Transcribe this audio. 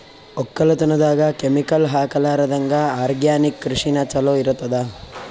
ಒಕ್ಕಲತನದಾಗ ಕೆಮಿಕಲ್ ಹಾಕಲಾರದಂಗ ಆರ್ಗ್ಯಾನಿಕ್ ಕೃಷಿನ ಚಲೋ ಇರತದ